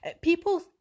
people